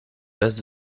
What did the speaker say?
base